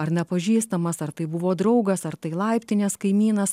ar nepažįstamas ar tai buvo draugas ar tai laiptinės kaimynas